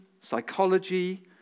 psychology